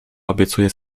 obiecuję